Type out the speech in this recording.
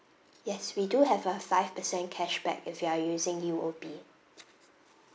yes we do have a five percent cashback if you are using U_O_B